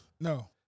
No